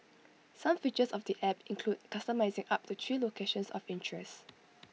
some features of the app include customising up to three locations of interest